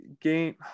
Game